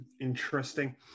interesting